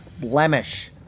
blemish